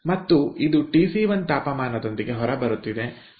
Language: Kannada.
ಮತ್ತು ಇದು ಟಿಸಿ1 ತಾಪಮಾನ ದೊಂದಿಗೆ ಹೊರಬರುತ್ತಿದೆ